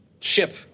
ship